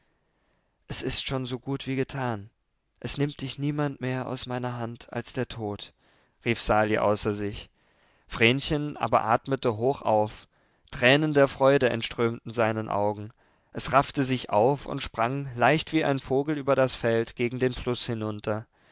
es ist schon so gut wie getan es nimmt dich niemand mehr aus meiner hand als der tod rief sali außer sich vrenchen aber atmete hoch auf tränen der freude entströmten seinen augen es raffte sich auf und sprang leicht wie ein vogel über das feld gegen den fluß hinunter